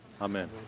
Amen